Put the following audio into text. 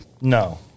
no